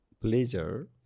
pleasure